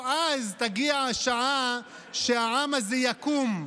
או-אז תגיע השעה שהעם הזה יקום,